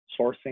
sourcing